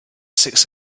six